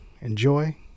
enjoy